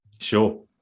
Sure